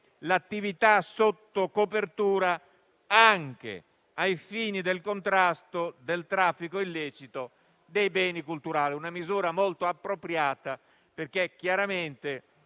l'attività sotto copertura anche ai fini del contrasto al traffico illecito dei beni culturali. Una misura molto appropriata perché chiaramente